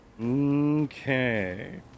Okay